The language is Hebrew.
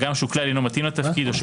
הגם שהוא כלל אינו מתאים לתפקיד או שהוא